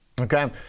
Okay